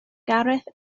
gareth